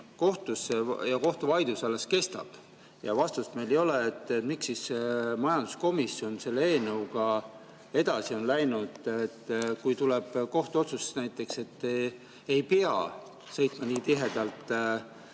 kohtusse ja kohtuvaidlus alles kestab ja vastust meil ei ole, miks siis on majanduskomisjon selle eelnõuga edasi läinud? Kui tuleb kohtuotsus, et näiteks ei pea sõitma nii tihti